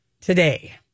today